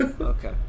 okay